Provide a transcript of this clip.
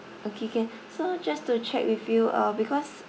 okay can so just to check with you uh because